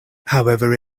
however